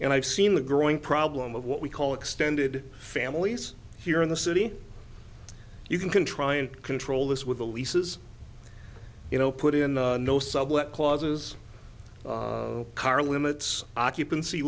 and i've seen the growing problem of what we call extended families here in the city you can try and control this with elisa's you know put in no sublet clauses car limits occupancy